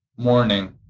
morning